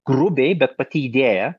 grubiai bet pati idėja